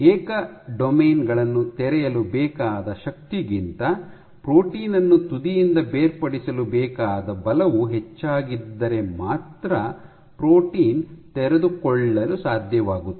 ಏಕ ಡೊಮೇನ್ ಗಳನ್ನು ತೆರೆಯಲು ಬೇಕಾದ ಶಕ್ತಿಗಿಂತ ಪ್ರೋಟೀನ್ ನ್ನು ತುದಿಯಿಂದ ಬೇರ್ಪಡಿಸಲು ಬೇಕಾದ ಬಲವು ಹೆಚ್ಚಾಗಿದ್ದರೆ ಮಾತ್ರ ಪ್ರೋಟೀನ್ ತೆರೆದುಕೊಳ್ಲಲು ಸಾಧ್ಯವಾಗುತ್ತೆ